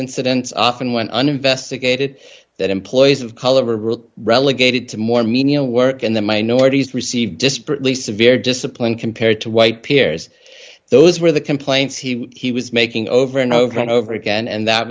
incidents often went uninvestigated that employees of color rule relegated to more menial work and the minorities received disparate lesa very disciplined compared to white peers those were the complaints he was making over and over and over again and that